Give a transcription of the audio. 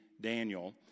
Daniel